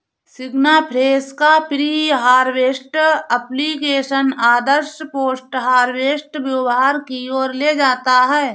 सिग्नाफ्रेश का pre harvest application आदर्श post harvest व्यवहार की ओर ले जाता है